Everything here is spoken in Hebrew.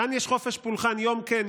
כאן יש חופש פולחן יום כן,